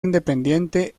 independiente